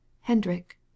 Hendrik